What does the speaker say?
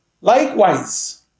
Likewise